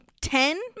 Ten